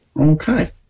Okay